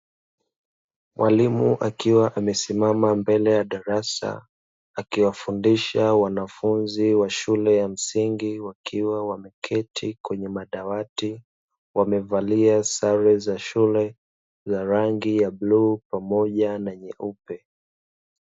Mwalimu akiwa amesimama mbele ya darasa akiwafundisha wanafunzi wa shule ya msingi, wakiwa wameketi kwenye madawati wamevalia sare za shule za rangi ya bluu pamoja na nyeupe.